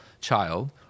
child